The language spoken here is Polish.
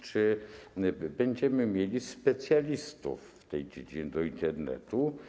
Czy będziemy mieli specjalistów w tej dziedzinie do Internetu?